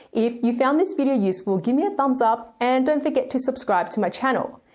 if you found this video useful, give me a thumbs up and don't forget to subscribe to my channel.